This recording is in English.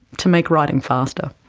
to make writing faster.